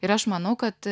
ir aš manau kad